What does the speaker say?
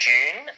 June